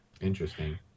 Interesting